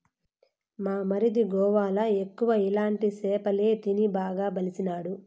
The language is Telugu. మా మరిది గోవాల ఎక్కువ ఇలాంటి సేపలే తిని బాగా బలిసినాడు